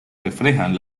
reflejan